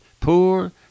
poor